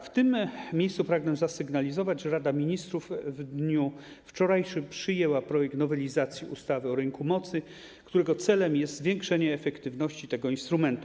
W tym miejscu pragnę zasygnalizować, że Rada Ministrów wczoraj przyjęła projekt nowelizacji ustawy o rynku mocy, którego celem jest zwiększenie efektywności tego instrumentu.